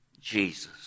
Jesus